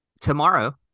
Tomorrow